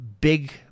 big